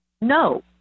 no